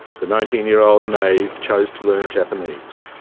the nineteen-year-old nave chose to learn japanese.